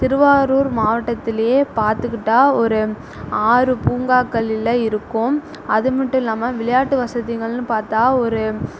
திருவாரூர் மாவட்டத்தில் பார்த்துக்கிட்டா ஒரு ஆறு பூங்காக்கள் இல்லை இருக்கும் அது மட்டும் இல்லாமல் விளையாட்டு வசதிகள்னு பார்த்தா ஒரு